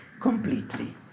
completely